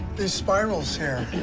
these spirals here,